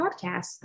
Podcasts